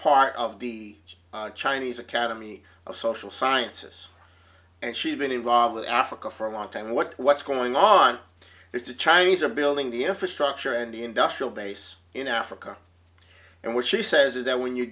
part of the chinese academy of social sciences and she's been involved with africa for a long time what what's going on is the chinese are building the infrastructure and the industrial base in africa and what she says is that when you